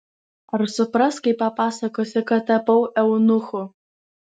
ar supras kai papasakosiu kad tapau eunuchu